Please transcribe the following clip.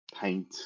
paint